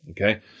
okay